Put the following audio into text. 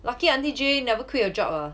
lucky auntie jay never quit her job ah